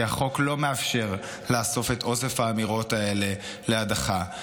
כי החוק לא מאפשר לאסוף את אוסף האמירות האלה להדחה,